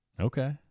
Okay